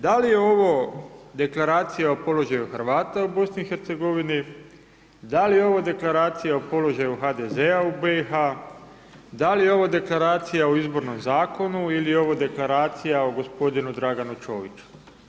Da li je ovo deklaracija o položaju Hrvata u BiH, da li je ovo deklaracija o položaju HDZ-a u BiH, da li je ovo deklaracija o izbornom zakonu ili je ovo deklaracija o gospodinu Draganu Čoviću?